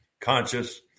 conscious